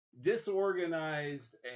disorganized